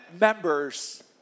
members